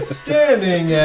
standing